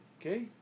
Okay